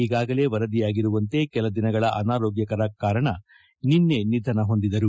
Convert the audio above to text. ಈಗಾಗಲೇ ವರದಿಯಾಗಿರುವಂತೆ ಕೆಲ ದಿನಗಳ ಅನಾರೋಗ್ಗಕರ ಕಾರಣ ನಿನ್ನೆ ನಿಧನ ಹೊಂದಿದರು